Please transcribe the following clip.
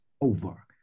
over